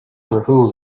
rahul